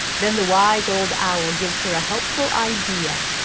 then the wise old owl gives her a helpful idea.